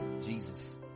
Jesus